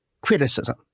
criticism